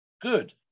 good